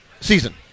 Season